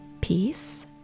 peace